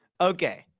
Okay